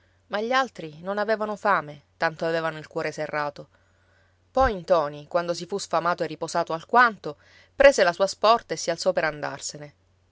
ma gli altri non avevano fame tanto avevano il cuore serrato poi ntoni quando si fu sfamato e riposato alquanto prese la sua sporta e si alzò per andarsene